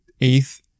eighth